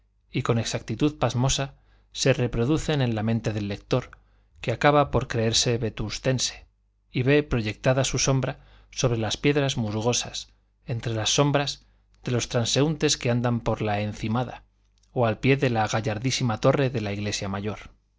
y con exactitud pasmosa se reproducen en la mente del lector que acaba por creerse vetustense y ve proyectada su sombra sobre las piedras musgosas entre las sombras de los transeúntes que andan por la encimada o al pie de la gallardísima torre de la iglesia mayor